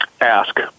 Ask